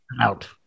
out